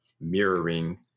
mirroring